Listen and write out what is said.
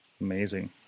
Amazing